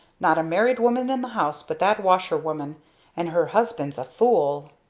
not a married woman in the house but that washerwoman and her husband's a fool!